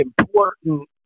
important